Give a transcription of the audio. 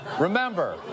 remember